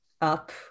up